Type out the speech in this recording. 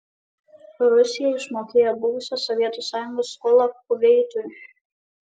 rusija išmokėjo buvusios sovietų sąjungos skolą kuveitui